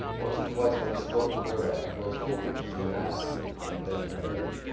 once or twice when he spoke to her at close quarters she laughed and bent her head.